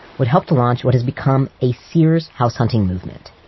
would help to launch what has become a sears house hunting movement.